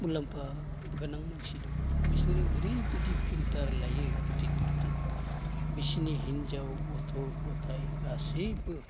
मुलाम्फा गोनां मानसि दङ बिसोरो ओरै बायदि फिल्टार लायो गिदिद गिदिद बिसिनि हिनजाव गथ' गथाय गासैबो